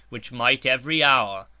which might, every hour,